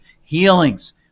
healings